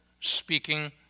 speaking